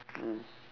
mm